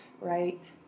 right